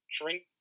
drink